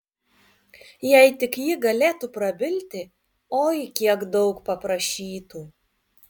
jei tik ji galėtų prabilti oi kiek daug paprašytų